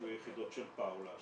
שיהיו יחידות של פאולה,